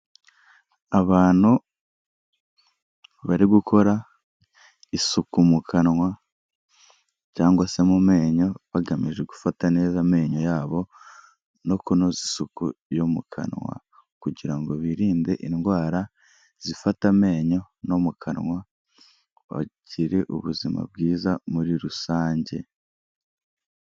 Abantu bari gukora isuku mu kanwa cyangwa se mu menyo bagamije gufata neza amenyo yabo no kunoza isuku yo mu kanwa kugira ngo birinde indwara zifata amenyo no mu kanwa, bagire ubuzima bwiza muri rusange.